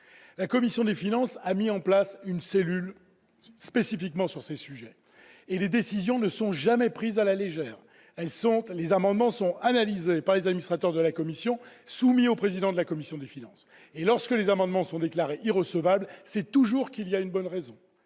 La commission des finances a mis en place une cellule spécifiquement dédiée à cette question. Les décisions ne sont jamais prises à la légère : les amendements sont analysés par les administrateurs de la commission, puis soumis au président de la commission des finances. Lorsqu'ils sont déclarés irrecevables, c'est toujours pour une bonne raison